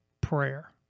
prayer